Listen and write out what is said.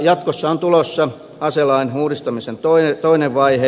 jatkossa on tulossa aselain uudistamisen toinen vaihe